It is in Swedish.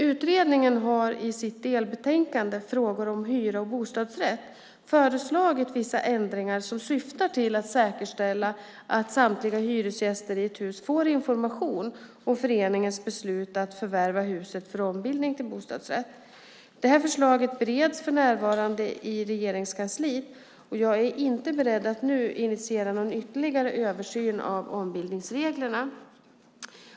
Utredningen har i sitt delbetänkande Frågor om hyra och bostadsrätt föreslagit vissa ändringar som syftar till att säkerställa att samtliga hyresgäster i ett hus får information om föreningens beslut att förvärva huset för ombildning till bostadsrätt. Det här förslaget bereds för närvarande i Regeringskansliet. Jag är inte beredd att nu initiera någon ytterligare översyn av ombildningsreglerna.